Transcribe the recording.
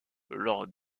lors